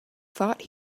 thought